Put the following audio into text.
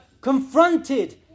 confronted